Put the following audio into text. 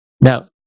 Now